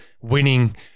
winning